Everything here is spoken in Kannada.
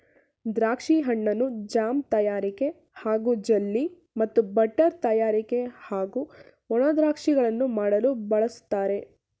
ದ್ರಾಕ್ಷಿ ಹಣ್ಣನ್ನು ಜಾಮ್ ತಯಾರಿಕೆ ಹಾಗೂ ಜೆಲ್ಲಿ ಮತ್ತು ಬಟರ್ ತಯಾರಿಕೆ ಹಾಗೂ ಒಣ ದ್ರಾಕ್ಷಿಗಳನ್ನು ಮಾಡಲು ಬಳಸ್ತಾರೆ